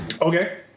Okay